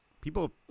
People